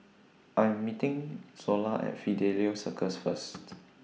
I'm meeting Zola At Fidelio Circus First